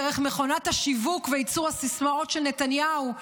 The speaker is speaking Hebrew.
דרך מכונת השיווק וייצור הסיסמאות של נתניהו,